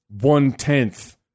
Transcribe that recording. one-tenth